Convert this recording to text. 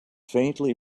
faintly